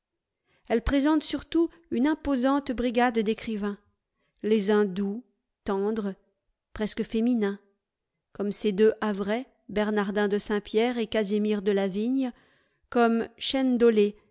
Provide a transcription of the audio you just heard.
elle présente surtout une imposante brigade d'écrivains les uns doux tendres presque féminins comme ces deux havrais bernardin de saint-pierre et casimir delavigne comme